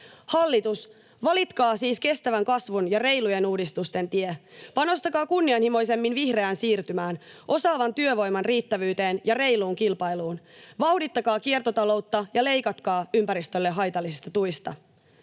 Hallitus, valitkaa siis kestävän kasvun ja reilujen uudistusten tie. Panostakaa kunnianhimoisemmin vihreään siirtymään, osaavan työvoiman riittävyyteen ja reiluun kilpailuun. Vauhdittakaa kiertotaloutta ja leikatkaa ympäristölle haitallisista tuista.